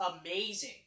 amazing